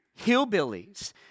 hillbillies